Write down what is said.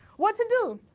what to do?